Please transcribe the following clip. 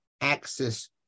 axis